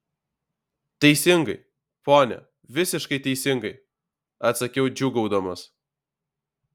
teisingai pone visiškai teisingai atsakiau džiūgaudamas